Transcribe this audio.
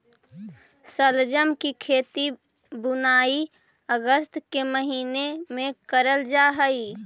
शलजम की खेती बुनाई अगस्त के महीने में करल जा हई